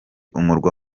umurwa